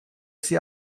sie